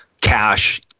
Cash